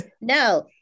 no